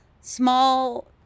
small